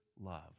love